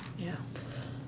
yup uh